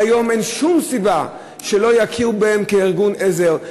כיום אין שום סיבה שלא יכירו בהם כארגון עזר.